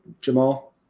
Jamal